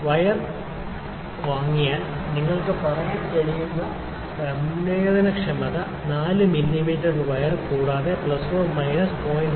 wire വാങ്ങിയാൽ നിങ്ങൾക്ക് പറയാൻ കഴിയുന്ന സംവേദനക്ഷമത 4 മില്ലീമീറ്റർ വയർ കൂടാതെ പ്ലസ് മൈനസ് 0